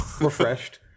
Refreshed